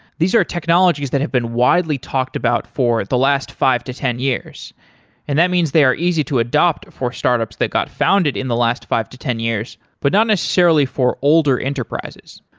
these are technologies that have been widely talked about for the last five to ten years and that means they are easy to adopt for startups that got founded in the last five to ten years, but not necessarily for older enterprises.